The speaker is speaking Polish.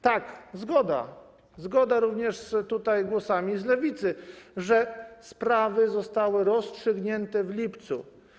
Tak, zgoda, zgoda również z głosami z Lewicy, że sprawy zostały rozstrzygnięte w lipcu.